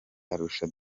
arusha